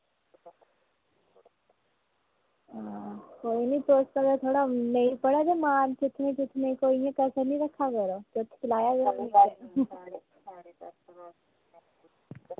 ते तुस ना कोई मार सुट्टनै ई कोई कसर ना रक्खा करो तुस चलाओ